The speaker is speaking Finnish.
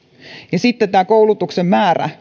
ja sitten tämä koulutuksen määrä